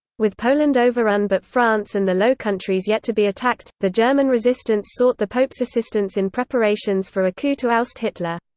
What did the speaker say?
with poland overrun but france and the low countries yet to be attacked, the german resistance sought the pope's assistance in preparations for a coup to oust hitler.